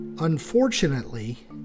Unfortunately